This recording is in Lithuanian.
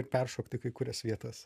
ir peršokti kai kurias vietas